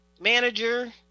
manager